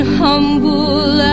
humble